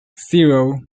zero